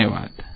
धन्यवाद